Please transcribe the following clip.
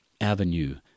avenue